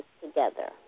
together